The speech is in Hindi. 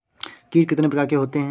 कीट कितने प्रकार के होते हैं?